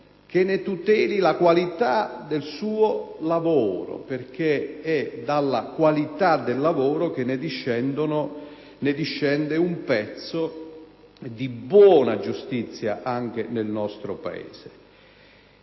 funzione, la qualità del suo lavoro. È infatti dalla qualità del lavoro che discende un pezzo di buona giustizia anche nel nostro Paese.